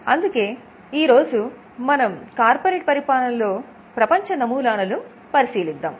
అందుకే ఈరోజు మనం కార్పొరేట్ పరిపాలన లో ప్రపంచ నమూనాల ను పరిశీలిద్దాం